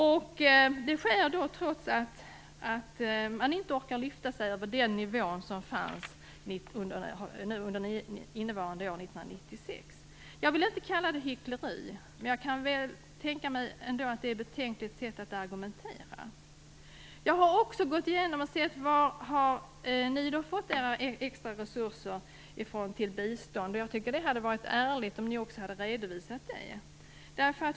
Detta sker trots att man inte orkar lyfta sig över nivån för innevarande år, 1996. Jag vill inte kalla det hyckleri men väl ett betänkligt sätt att argumentera. Jag har också gått igenom varifrån ni har fått era extra resurser till bistånd. Jag tycker att det hade varit ärligt om ni också hade redovisat det.